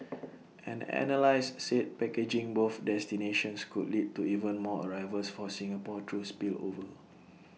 an analyse said packaging both destinations could lead to even more arrivals for Singapore through spillover